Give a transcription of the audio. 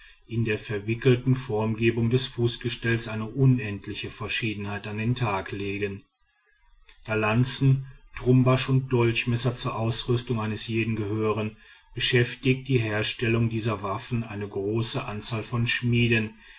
in der verwickelten formengebung des fußgestells eine unendliche verschiedenheit an den tag legen da lanzen trumbasch und dolchmesser zur ausrüstung eines jeden gehören beschäftigt die herstellung dieser waffen eine große anzahl von schmieden